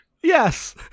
Yes